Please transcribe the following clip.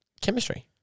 Chemistry